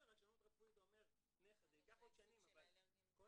רשלנות רפואית אתה אומר שזה ייקח עוד שנים אבל כל